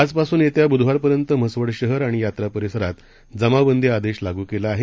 आजपासूनयेत्याबुधवारपर्यंतम्हसवडशहरआणियात्रापरिसरातजमावबंदीआदेशलागूकेलाआहे